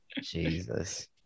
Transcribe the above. Jesus